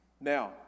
now